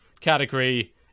category